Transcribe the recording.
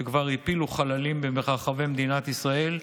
שכבר הפילו חללים ברחבי מדינת ישראל,